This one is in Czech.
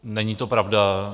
Není to pravda.